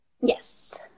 Yes